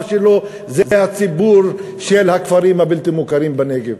שלו זה הציבור של הכפרים הבלתי-מוכרים בנגב.